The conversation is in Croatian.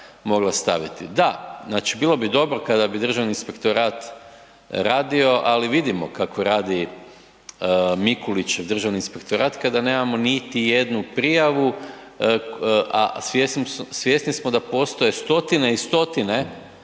Da, znači bilo bi dobro kada bi Državni inspektorat radio. Ali vidimo kako radi Mikulićev Državni inspektorat kada nemamo niti jednu prijavu, a svjesni smo da postoje stotine i stotine